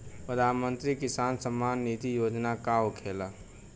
प्रधानमंत्री किसान सम्मान निधि योजना का होखेला?